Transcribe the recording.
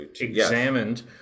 examined